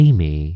Amy